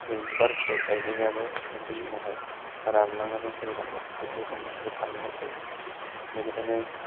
जों बिबार फिथाइ थायहोनायाबो मोनसे समावहाय रानलांनानै थैलांगोन बेखौ जोङो रोखा नुहरखायो बेनिखायनो